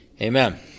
Amen